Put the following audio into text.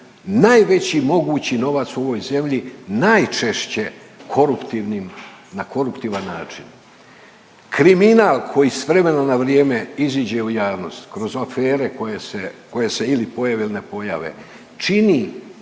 najveći mogući novac u ovoj zemlji najčešće koruptivnim, na koruptivan način. Kriminal koji sa vremena na vrijeme iziđe u javnost kroz afere koje se ili pojave ili ne pojave čini